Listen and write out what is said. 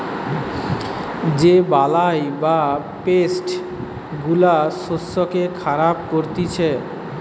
যে বালাই বা পেস্ট গুলা শস্যকে খারাপ করতিছে